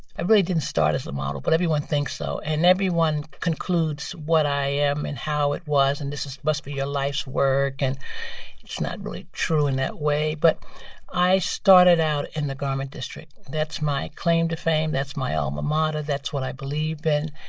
i really didn't start as a model, but everyone thinks so. and everyone concludes what i am and how it was, and this this must be your life's work, and it's not really true in that way. but i started out in the garment district. that's my claim to fame. that's my alma mater. that's what i believe in.